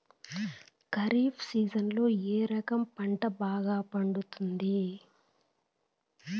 ఖరీఫ్ సీజన్లలో ఏ రకం పంట బాగా పండుతుంది